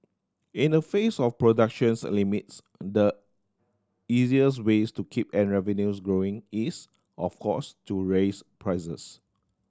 in the face of productions limits the easiest ways to keep revenues growing is of course to raise prices